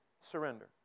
Surrender